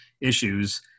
issues